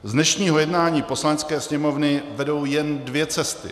Z dnešního jednání Poslanecké sněmovny vedou jen dvě cesty.